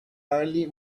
early